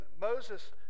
Moses